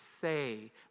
say